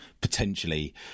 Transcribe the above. potentially